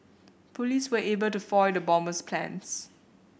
police were able to foil the bomber's plans